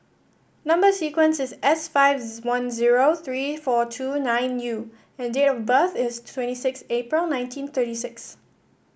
number sequence is S five one zero three four two nine U and date of birth is twenty six April nineteen thirty six